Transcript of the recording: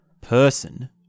person